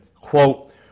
quote